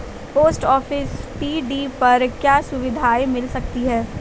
Post office TD पर क्या सुविधाएँ मिल सकती है?